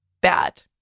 bad